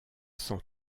sent